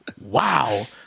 wow